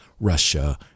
Russia